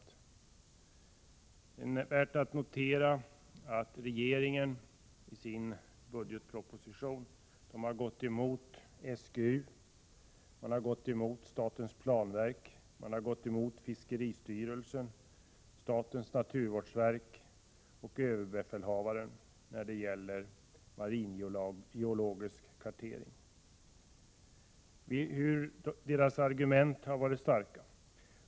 Det är värt att notera att regeringen i budgetpropositionen går emot SGU, statens planverk, fiskeristyrelsen, statens naturvårdsverk och överbefälhavaren, vilkas argument varit starka, när det gäller maringeologisk kartering.